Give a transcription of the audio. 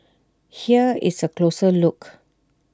here is A closer look